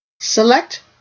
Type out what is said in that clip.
Select